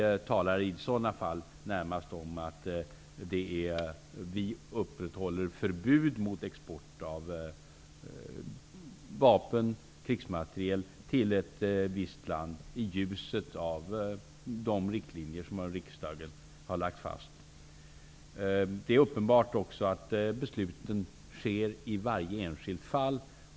Vi talar i sådana fall närmast om att Sverige upprätthåller förbud mot export av vapen och krigsmateriel till ett visst land i ljuset av de riktlinjer som riksdagen har lagt fast. Det är uppenbart att besluten sker i varje enskilt fall.